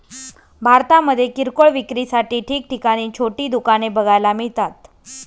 भारतामध्ये किरकोळ विक्रीसाठी ठिकठिकाणी छोटी दुकाने बघायला मिळतात